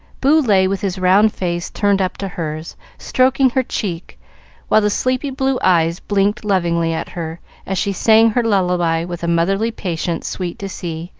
boo lay with his round face turned up to hers, stroking her cheek while the sleepy blue eyes blinked lovingly at her as she sang her lullaby with a motherly patience sweet to see.